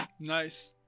Nice